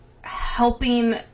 helping